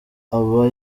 aba